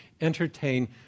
entertain